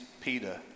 Peter